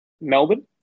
Melbourne